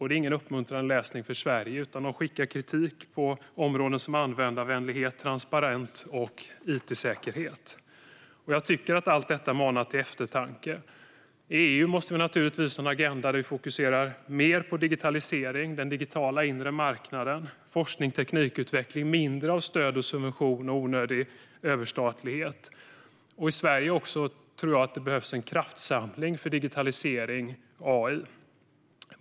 Det är ingen uppmuntrande läsning för Sverige. Man riktar kritik på områden som användarvänlighet, transparens och it-säkerhet. Jag tycker att allt detta manar till eftertanke. I EU måste vi naturligtvis ha en agenda där vi fokuserar mer på digitalisering, den digitala inre marknaden, forskning och teknikutveckling - det ska vara mindre av stöd och subventioner och onödig överstatlighet. I Sverige tror jag att det behövs en kraftsamling för digitalisering och AI.